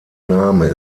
name